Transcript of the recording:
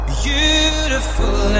beautiful